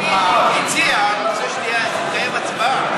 אם המציע רוצה שתתקיים הצבעה.